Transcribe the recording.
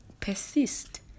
Persist